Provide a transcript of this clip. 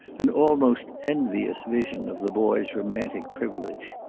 an almost envious vision of the boy's romantic privilege.